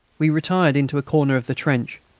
we retired into a corner of the trench,